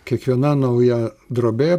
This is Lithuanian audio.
kiekviena nauja drobė